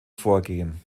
vorgehen